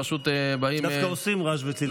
פשוט באים, דווקא עושים רעש וצלצולים.